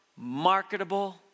marketable